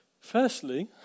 Firstly